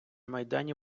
майдані